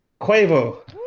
Quavo